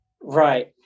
right